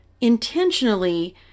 intentionally